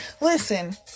Listen